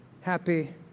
happy